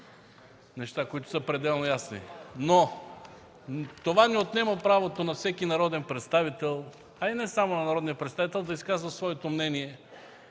неща, които са пределно ясни. Това не отнема правото на всеки народен представител, а и не само на народния представител, да изказва своето мнение,